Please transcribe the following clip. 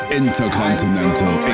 intercontinental